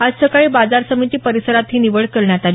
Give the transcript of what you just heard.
आज सकाळी बाजार समिती परिसरात ही निवड करण्यात आली